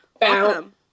welcome